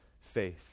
faith